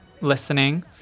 listening